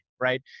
right